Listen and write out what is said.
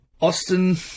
Austin